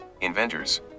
inventors